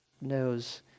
knows